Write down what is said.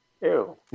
Ew